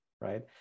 right